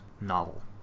novel